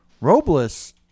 Robles